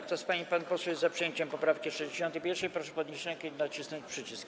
Kto z pań i panów posłów jest za przyjęciem poprawki 61., proszę podnieść rękę i nacisnąć przycisk.